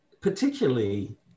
particularly